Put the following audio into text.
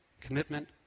commitment